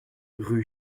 rue